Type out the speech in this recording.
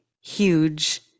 huge